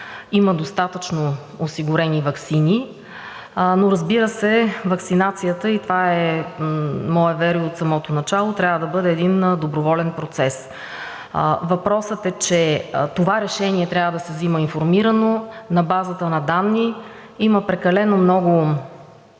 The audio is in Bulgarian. има достатъчно осигурени ваксини, но разбира се, ваксинацията – това е мое верую от самото начало, трябва да бъде един доброволен процес. Въпросът е, че това решение трябва да се взима информирано, на базата на данни. Има и прекалено много хибридни